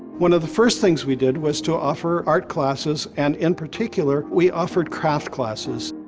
one of the first things we did was to offer art classes and in particular, we offered craft classes.